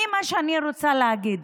מה שאני רוצה להגיד,